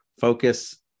focus